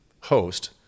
host